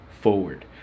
forward